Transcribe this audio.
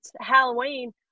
Halloween